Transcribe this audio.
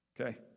Okay